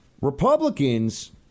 Republicans